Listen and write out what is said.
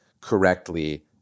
correctly